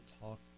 talk